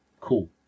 Cool